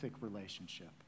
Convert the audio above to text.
relationship